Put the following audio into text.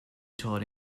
taught